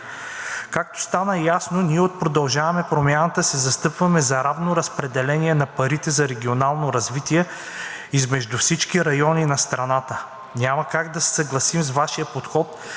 Както стана ясно, ние от „Продължаваме Промяната“ се застъпваме за равно разпределение на парите за регионално развитие измежду всички райони на страната. Няма как да се съгласим с Вашия подход